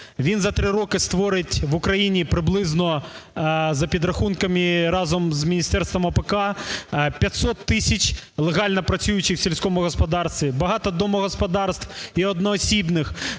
Він за 3 роки створить в Україні приблизно, за підрахунками разом з Міністерством АПК, 500 тисяч легально працюючих у сільському господарстві, багато домогосподарств і одноосібних,